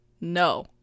No